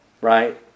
right